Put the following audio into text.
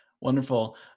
Wonderful